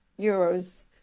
euros